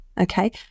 Okay